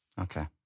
Okay